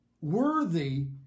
worthy